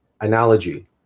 analogy